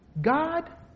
God